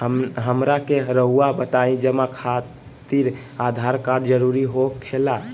हमरा के रहुआ बताएं जमा खातिर आधार कार्ड जरूरी हो खेला?